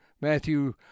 Matthew